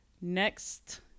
next